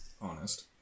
honest